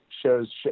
shows